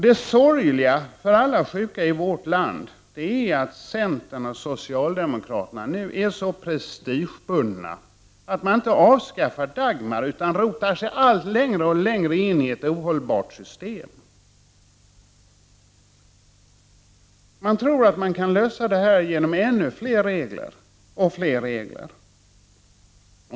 Det sorgliga när det gäller alla sjuka i vårt land är att centern och socialdemokraterna nu är så prestigebundna att de inte kan avskaffa Dagmarsystemet. I stället rotar de sig allt längre in i ett ohållbart system. De tror att man kan lösa problemen genom ännu fler regler.